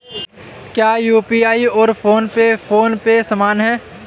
क्या यू.पी.आई और Google Pay PhonePe समान हैं?